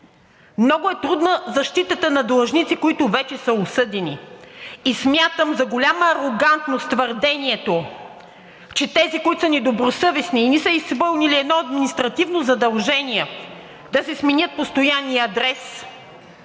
Много е трудна защитата на длъжници, които вече са осъдени. Смятам за голяма арогантност твърдението, че тези, които са недобросъвестни и не са изпълнили едно административно задължение да си сменят постоянния адрес,